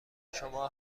شما